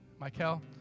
Michael